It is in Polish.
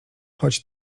choć